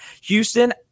Houston